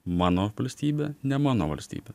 mano valstybė ne mano valstybė